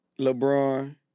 LeBron